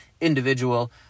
individual